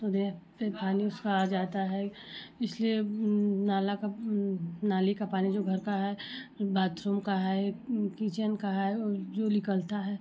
तो दें फिर पानी उसका आ जाता है इसलिए नाला का नाली का पानी जो घर का है बाथरूम का है किचेन का है वो जो निकलता है